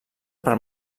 per